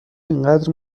اینقدر